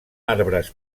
arbres